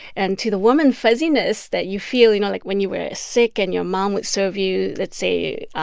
and to the woman, fuzziness that you feel, you know, like, when you were sick and your mom would serve you, let's say,